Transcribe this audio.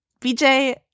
BJ